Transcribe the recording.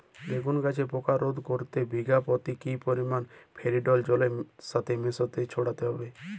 বেগুন গাছে পোকা রোধ করতে বিঘা পতি কি পরিমাণে ফেরিডোল জলের সাথে মিশিয়ে ছড়াতে হবে?